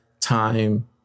time